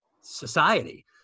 society